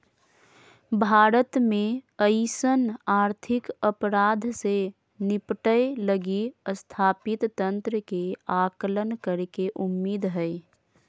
भारत में अइसन आर्थिक अपराध से निपटय लगी स्थापित तंत्र के आकलन करेके उम्मीद हइ